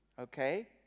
okay